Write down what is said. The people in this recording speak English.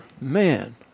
Man